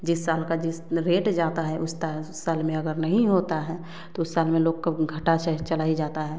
जिस साल का जिस रेट जाता हैं उस तरह उस साल में अगर नहीं होता हैं तो उस सल में लोग घटा चला ही जाता हैं